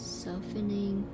softening